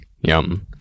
Yum